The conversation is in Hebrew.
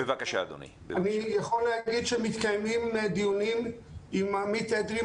אני יכול להגיד שמתקיימים דיונים עם עמית אדרי,